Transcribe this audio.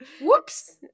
Whoops